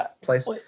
place